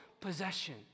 possession